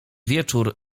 wieczór